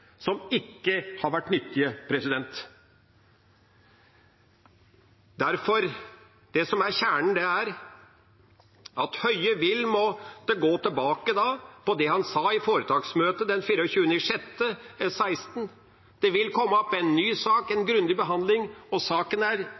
som ikke har vært nyttige. Det som derfor er kjernen, er at statsråd Høie vil måtte gå tilbake på det han sa på foretaksmøtet den 24. juni 2016. Det vil komme en ny sak, en grundig behandling, og saken er